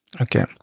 Okay